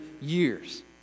years